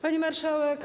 Pani Marszałek!